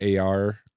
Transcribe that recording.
ar